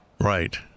Right